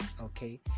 okay